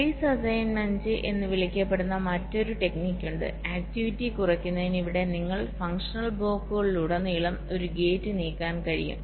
face assignment എന്ന് വിളിക്കപ്പെടുന്ന മറ്റൊരു ടെക്നിക്യുണ്ട്ആക്ടിവിറ്റി കുറയ്ക്കുന്നതിന് ഇവിടെ നിങ്ങൾക്ക് ഫങ്ഷണൽ ബ്ലോക്കുകളിലുടനീളം ഒരു ഗേറ്റ് നീക്കാൻ കഴിയും